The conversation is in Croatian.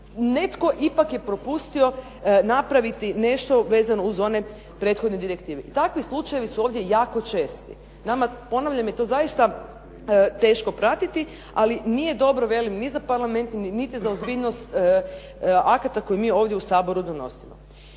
netko ipak je propustio napraviti nešto vezano uz one prethodne direktivi. I takvi slučajevi su ovdje jako česti. Nama, ponavljam, je to zaista teško pratiti, ali nije dobro velim ni za Parlament, niti za ozbiljnost akata koje mi ovdje u Saboru donosimo.